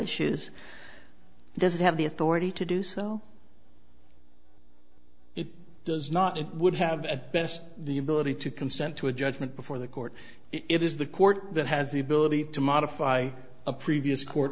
issues does it have the authority to do so it does not it would have at best the ability to consent to a judgment before the court it is the court that has the ability to modify a previous court